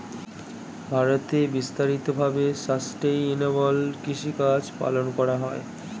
ভারতে বিস্তারিত ভাবে সাসটেইনেবল কৃষিকাজ পালন করা হয়